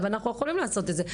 ואנחנו יכולים לעשות את זה.